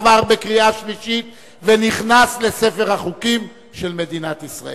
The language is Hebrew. עבר בקריאה שלישית ונכנס לספר החוקים של מדינת ישראל.